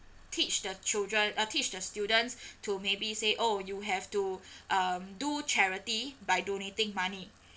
teach the children uh teach the students to maybe say oh you have to um do charity by donating money